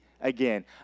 again